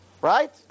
Right